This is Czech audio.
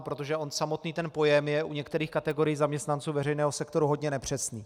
Protože on samotný ten pojem je u některých kategorií zaměstnanců veřejného sektoru hodně nepřesný.